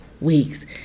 weeks